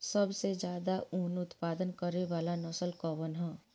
सबसे ज्यादा उन उत्पादन करे वाला नस्ल कवन ह?